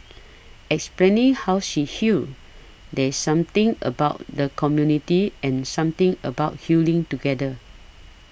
explaining how she healed there's something about the community and something about healing together